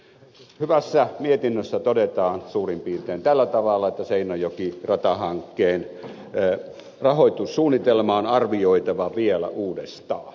hyvässä mietinnössä todetaan suurin piirtein tällä tavalla että seinäjoki ratahankkeen rahoitussuunnitelma on arvioitava vielä uudestaan